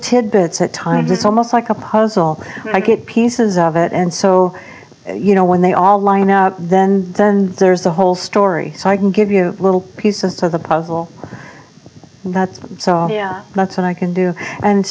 tidbits at times it's almost like a puzzle i get pieces of it and so you know when they all line up then then there's the whole story so i can give you a little pieces of the puzzle that's so that's what i can do and